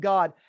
God